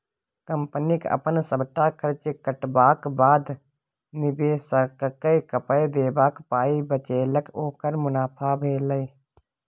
कंपनीक अपन सबटा खर्च कटबाक बाद, निबेशककेँ पाइ देबाक जे पाइ बचेलक ओकर मुनाफा भेलै